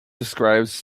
describes